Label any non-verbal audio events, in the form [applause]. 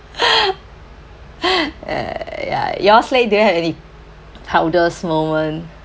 [laughs] uh ya yours leh do you have any proudest moment